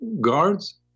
guards